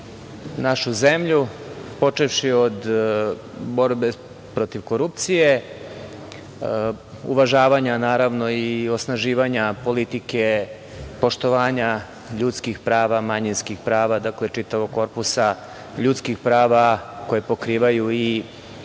našu zemlju, počevši od borbe protiv korupcije, uvažavanja i osnaživanja politike poštovanja ljudskih prava, manjinskih prava, čitavog korpusa ljudskih prava koje pokrivaju i